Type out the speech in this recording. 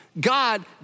God